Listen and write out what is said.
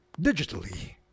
digitally